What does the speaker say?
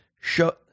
show